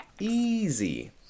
Easy